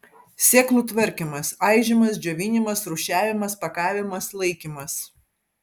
sėklų tvarkymas aižymas džiovinimas rūšiavimas pakavimas laikymas